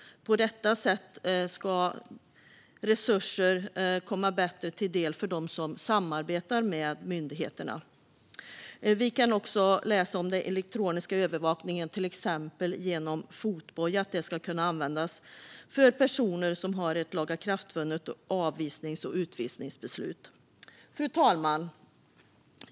På detta sätt går de resurser som finns i större utsträckning till dem som samarbetar med myndigheterna. Vi kan också läsa om att elektronisk övervakning, till exempel med fotboja, ska kunna användas för personer som har ett lagakraftvunnet avvisnings eller utvisningsbeslut. Fru talman!